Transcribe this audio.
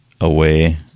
away